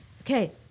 Okay